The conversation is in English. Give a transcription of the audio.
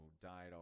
died